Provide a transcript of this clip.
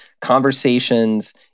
conversations